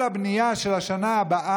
לתושבי הדרום את כל הבנייה של השנה הבאה,